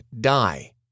Die